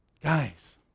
Guys